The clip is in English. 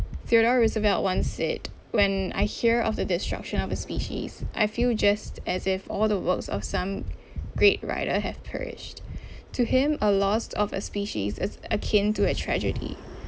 theodore roosevelt once said when I hear of the destruction of a species I feel just as if all the works of some great writer have perished to him a lost of a species is akin to a tragedy